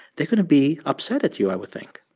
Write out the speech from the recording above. they're going to be upset at you, i would think